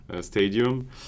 stadium